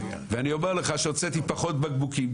ואני אומר לך שהוצאתי פחות בקבוקים,